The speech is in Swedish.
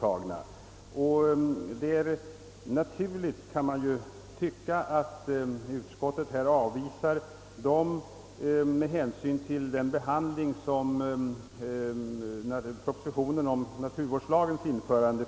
Man kan tycka att det är naturligt att utskottet avstyrker dessa motioner med hänsyn till den riksdagsbehandling som propositionen om naturvårdslagen erhöll.